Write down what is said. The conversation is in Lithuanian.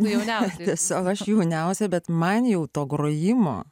na jau ne sau aš jauniausia bet man jau to grojimo